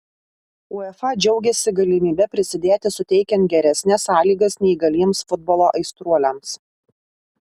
uefa džiaugiasi galimybe prisidėti suteikiant geresnes sąlygas neįgaliems futbolo aistruoliams